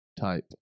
type